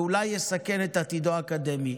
ואולי יסכן את עתידו האקדמי.